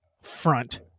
front